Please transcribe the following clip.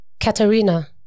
Katarina